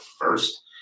first